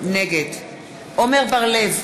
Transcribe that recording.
נגד עמר בר-לב,